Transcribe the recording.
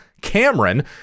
Cameron